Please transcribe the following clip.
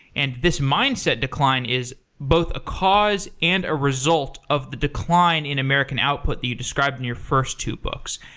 and this mindset decline is both a cause and a result of the decline in american output that you described in your first two books.